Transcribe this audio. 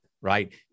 Right